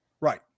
Right